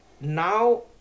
Now